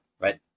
right